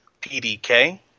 pdk